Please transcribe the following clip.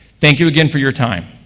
thank you again for your time.